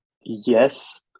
Yes